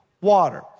water